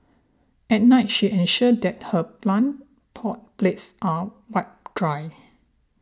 at night she ensures that her plant pot plates are wiped dry